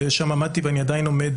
ושם עמדתי ואני עדין עומד